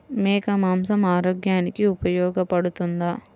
మేక మాంసం ఆరోగ్యానికి ఉపయోగపడుతుందా?